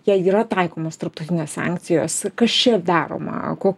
jai yra taikomos tarptautinės sankcijos kas čia daroma ko